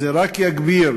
וזה רק יגביר